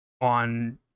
on